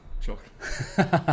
Chocolate